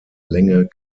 länge